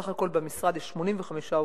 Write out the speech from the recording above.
בסך הכול במשרד יש 85 עובדים,